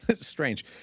strange